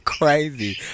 crazy